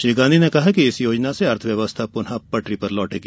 श्री गांधी ने कहा कि इस योजना से अर्थव्यवस्था पुनः पटरी पर लौटेगी